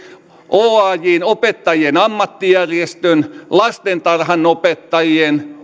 oajn opettajien ammattijärjestön lastentarhanopettajien